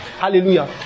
Hallelujah